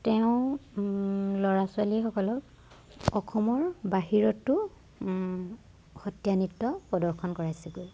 তেওঁ ল'ৰা ছোৱালীসকলক অসমৰ বাহিৰতো সত্ৰীয়া নৃত্য প্ৰদৰ্শন কৰাইছেগৈ